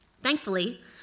Thankfully